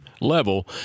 level